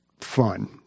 fun